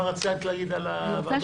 מה רצית רק להגיד על הוועדות?